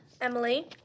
Emily